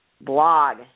blog